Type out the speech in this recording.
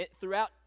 Throughout